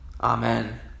amen